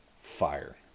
fire